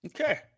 okay